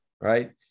right